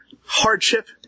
hardship